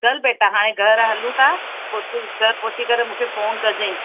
चल बेटा हाणे घरि हलूं था पोइ तूं घर पहुची करे मूंखे फ़ोन कजांइ